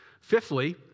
Fifthly